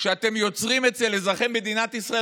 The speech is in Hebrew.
שאתם יוצרים אצל אזרחי מדינת ישראל,